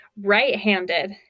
Right-handed